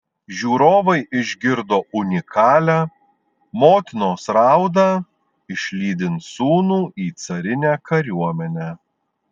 žiūrovai išgirdo unikalią motinos raudą išlydint sūnų į carinę kariuomenę